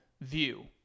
view